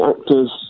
actors